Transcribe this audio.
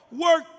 Work